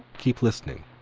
keep listening.